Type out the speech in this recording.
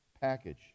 package